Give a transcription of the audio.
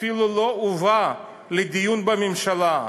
אפילו לא הובא לדיון בממשלה,